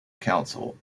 council